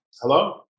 Hello